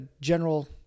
general